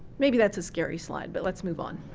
maybe that's a scary slide but let's move on.